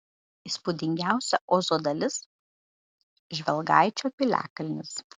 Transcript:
įspūdingiausia ozo dalis žvelgaičio piliakalnis